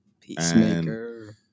Peacemaker